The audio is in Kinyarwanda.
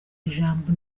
ijambo